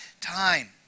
time